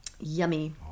Yummy